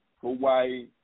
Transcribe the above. Hawaii